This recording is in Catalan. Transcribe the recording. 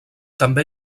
també